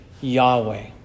Yahweh